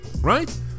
right